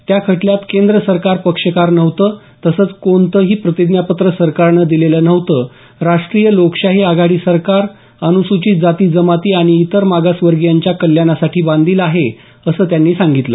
त्या खटल्यात केंद्र सरकार पक्षकार नव्हतं तसंच कोणतंही प्रतिज्ञापत्र सरकारनं दिलेलं नव्हतं राष्ट्रीय लोकशाही आघाडी सरकार अनुसूचित जाती जमाती आणि इतर मागासवर्गियांच्या कल्याणासाठी बांधील आहे असं त्यांनी सांगितलं